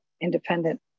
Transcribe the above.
independent